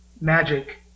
magic